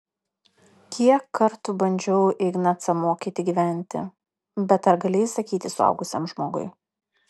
kiek kartų bandžiau ignacą mokyti gyventi bet ar gali įsakyti suaugusiam žmogui